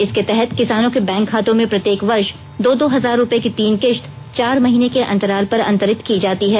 इसके तहत किसानों के बैंक खातों में प्रत्येक वर्ष दो दो हजार रुपये की तीन किस्त चार महीने के अंतराल पर अतंरित की जाती हैं